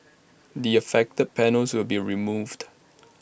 the affected panels will be removed